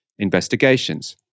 investigations